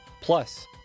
Plus